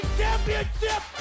championship